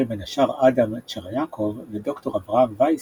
בין השאר אדם צ'רניאקוב וד"ר אברהם ווייס,